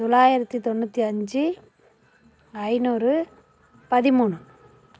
தொள்ளாயிரத்தி தொண்ணூற்றி அஞ்சு ஐநூறு பதிமூணு